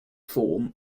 form